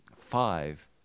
five